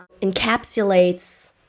encapsulates